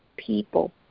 people